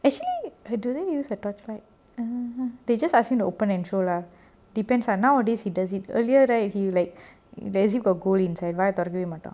actually uh do they use a torchlight um they just ask him to open and show lah depends ah nowadays he does it earlier right he like as if got gold inside வாய தொரக்கவே மாட்டா:vaaya thorakave maata